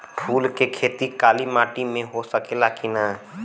फूल के खेती काली माटी में हो सकेला की ना?